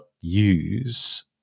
use